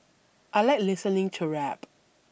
I like listening to rap